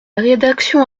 rédaction